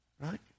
right